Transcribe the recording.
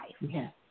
Yes